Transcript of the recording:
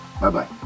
Bye-bye